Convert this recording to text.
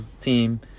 team